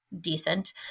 decent